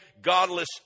godless